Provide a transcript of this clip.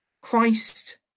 Christ